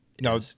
No